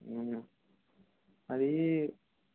అది